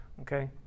okay